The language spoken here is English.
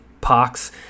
pox